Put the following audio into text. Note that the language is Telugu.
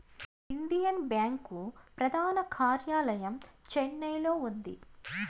ఇండియన్ బ్యాంకు ప్రధాన కార్యాలయం చెన్నైలో ఉంది